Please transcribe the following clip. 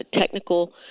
technical